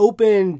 Open